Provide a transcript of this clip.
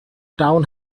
town